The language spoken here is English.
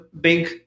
big